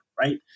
right